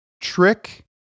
Trick